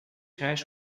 reais